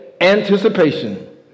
anticipation